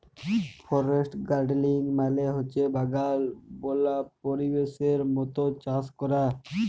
forest গাড়েলিং মালে হছে বাগাল বল্য পরিবেশের মত চাষ ক্যরা